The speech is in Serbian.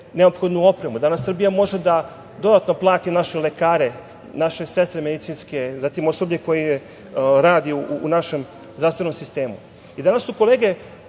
neophodnu opremu. Danas Srbija može da dodatno plati naše lekare, naše sestre medicinske, zatim, osoblje koje radi u našem zdravstvenom sistemu. Danas su kolege